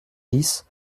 dix